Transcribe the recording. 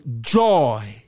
joy